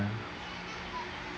ya